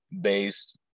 based